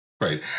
Right